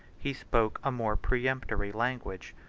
he spoke a more peremptory language,